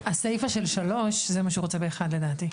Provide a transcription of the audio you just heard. הסייפה של סעיף (3) זה מה שהוא רוצה ב-(1), לדעתי.